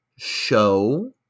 show